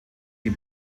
die